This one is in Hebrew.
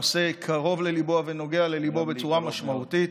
הנושא קרוב לליבו ונוגע לליבו בצורה משמעותית,